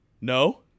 No